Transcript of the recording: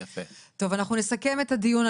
טוב, אנחנו נסכם את הדיון.